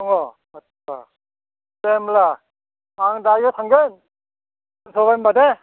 दङ दे होमब्ला आं दायो थांगोन दोनथबाय होमबा दे